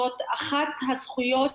זאת אחת הזכויות